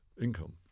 income